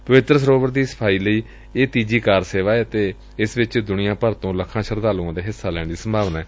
ਪਵਿੱਤਰ ਸਰੋਵਰ ਦੀ ਸਫ਼ਾਈ ਲਈ ਇਹ ਤੀਜੀ ਕਾਰ ਸੇਵਾ ਏ ਅਤੇ ਇਸ ਵਿਚ ਦੁਨੀਆਂ ਭਰ ਤੋਂ ਲੱਖਾਂ ਸ਼ਰਧਾਲੁਆਂ ਦੇ ਹਿੱਸਾ ਲੈਣ ਦੀ ਸੰਭਾਵਨਾ ਏ